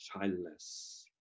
childless